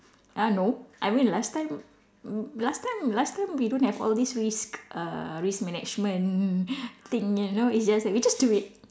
uh no I mean last time mm last time last time we don't have all this risk uh risk management thing you know it's just that we just do it